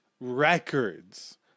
Records